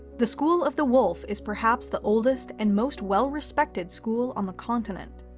the school of the wolf is perhaps the oldest and most well respected school on the continent.